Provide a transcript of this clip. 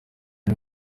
uri